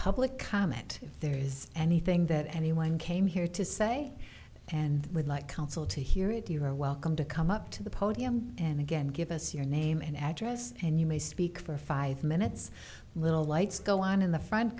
public comment if there is anything that anyone came here to say and would like counsel to hear it you are welcome to come up to the podium and again give us your name and address and you may speak for five minutes little lights go on in the fr